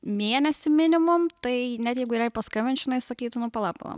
mėnesį minimum tai net jeigu ir jai paskambinčiu jinai sakytų nu pala pala